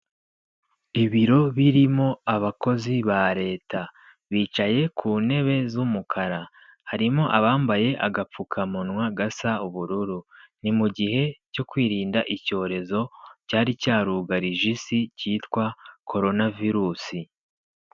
Ibiro birimo abakozi ba leta, bicaye ku ntebe z'umukara, harimo abambaye agapfukamunwa gasa ubururu. Ni mu gihe cyo kwirinda icyorezo cyari cyarugarije isi cyitwa korona virusi.